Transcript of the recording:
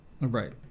Right